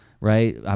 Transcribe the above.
right